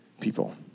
people